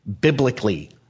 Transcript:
biblically